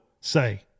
say